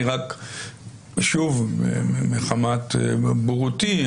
מחמת בורותי,